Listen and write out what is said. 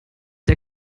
der